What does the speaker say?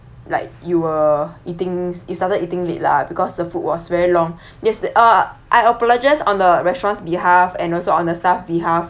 like you were eating s~ you started eating late lah because the food was very long yes the uh I apologise on the restaurant's behalf and also on the staff behalf